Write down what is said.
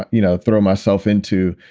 you know, throw myself into.